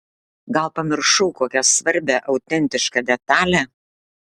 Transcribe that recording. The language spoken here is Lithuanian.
gal pamiršau kokią svarbią autentišką detalę